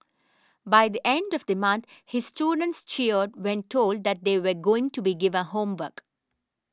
by the end of the month his students cheered when told that they were going to be given homework